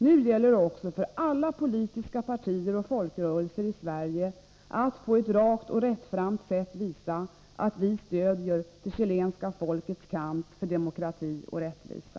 Nu gäller det också för alla politiska partier och folkrörelser i Sverige att på ett rakt och rättframt sätt visa, att vi stöder det chilenska folkets kamp för demokrati och rättvisa.